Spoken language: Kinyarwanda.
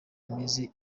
imeze